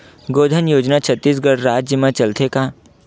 गौधन योजना छत्तीसगढ़ राज्य मा चलथे का?